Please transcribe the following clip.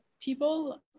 people